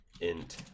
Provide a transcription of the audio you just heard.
int